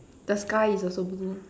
the sky is also blue